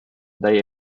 day